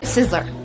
Sizzler